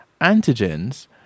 Antigens